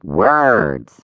words